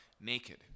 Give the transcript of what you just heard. naked